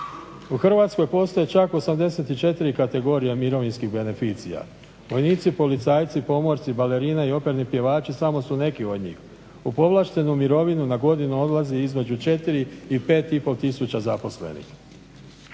U Hrvatskoj postoji čak 84 kategorije mirovinskih beneficija. Vojnici, policajci, pomorci, balerine i operni pjevači samo su neki od njih. U povlaštenu mirovinu na godinu odlazi između 4 i 5,5 tisuća zaposlenih.